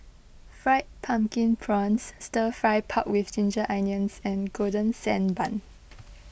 Fried Pumpkin Prawns Stir Fry Pork with Ginger Onions and Golden Sand Bun